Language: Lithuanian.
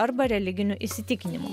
arba religinių įsitikinimų